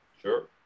Sure